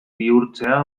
bihurtzea